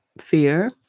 fear